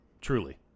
truly